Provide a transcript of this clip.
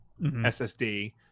SSD